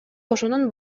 ошонун